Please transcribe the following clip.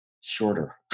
shorter